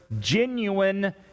genuine